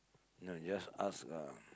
no just ask lah